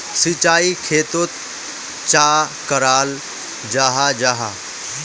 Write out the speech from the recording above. सिंचाई खेतोक चाँ कराल जाहा जाहा?